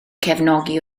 cefnogi